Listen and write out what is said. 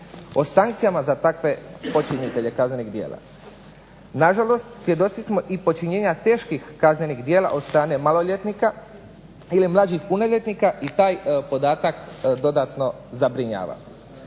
o sankcijama za takve počinitelje kaznenih djela. Na žalost svjedoci smo počinjenja težih kaznenih djela maloljetnih osoba ili mlađih punoljetnika i taj podatak najviše zabrinjava.